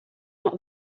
not